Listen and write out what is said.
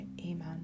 Amen